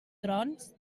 trons